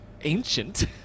ancient